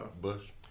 Bush